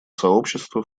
сообщества